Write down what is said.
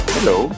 Hello